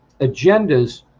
agendas